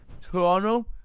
Toronto